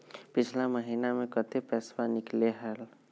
पिछला महिना मे कते पैसबा निकले हैं?